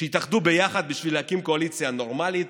שיתאחדו ביחד בשביל להקים קואליציה נורמלית,